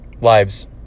lives